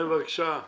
כן, בבקשה,